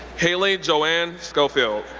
hayley joeann schofield,